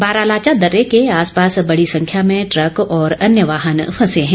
बारालाचा दर्रे के आसपास बड़ी संख्या में ट्रक और अन्य वाहन फंसे हैं